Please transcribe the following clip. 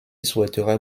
souhaiterait